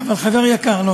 חבר יקר, שני חברים.